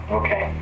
okay